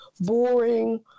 boring